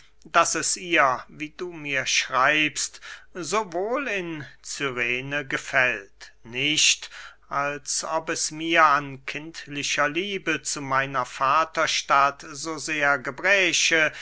daß es ihr wie du mir schreibst so wohl in cyrene gefällt nicht als ob es mir an kindlicher liebe zu meiner vaterstadt so sehr gebräche